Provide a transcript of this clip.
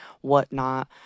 whatnot